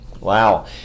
Wow